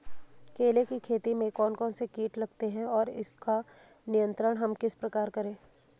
केले की खेती में कौन कौन से कीट लगते हैं और उसका नियंत्रण हम किस प्रकार करें?